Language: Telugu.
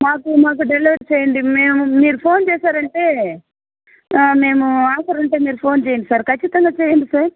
మాకు మాకు డెలివర్ చేయండి మేము మీరు ఫోన్ చేశారంటే మేము ఆఫర్ ఉంటే మీరు ఫోన్ చేయండి సార్ ఖచ్చితంగా చేయండి సార్